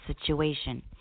situation